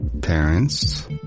Parents